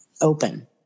open